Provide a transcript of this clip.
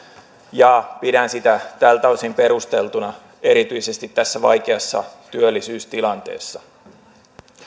ja pidän sitä tältä osin perusteltuna erityisesti tässä vaikeassa työllisyystilanteessa